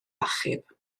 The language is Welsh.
achub